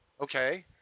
Okay